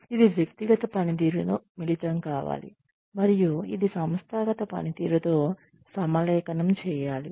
ఇది వ్యక్తిగత పనితీరుతో మిళితం కావాలి మరియు ఇది సంస్థాగత పనితీరుతో సమలేఖనం చేయాలి